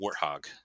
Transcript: warthog